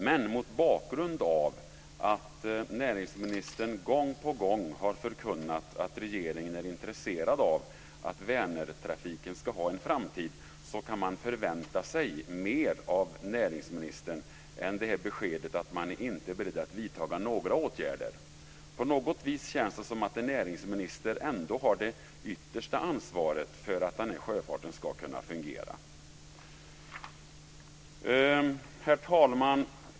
Men mot bakgrund av att näringsministern gång på gång har förkunnat att regeringen är intresserad av att Vänertrafiken ska ha en framtid kan man vänta sig mer av näringsministern än beskedet att han inte är beredd att vidta några åtgärder. Det känns på något vis som att en näringsminister ändå har det yttersta ansvaret för att den här sjöfarten ska kunna fungera. Herr talman!